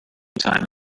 time